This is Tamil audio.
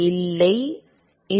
இல்லை இது இல்லை